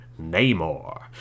Namor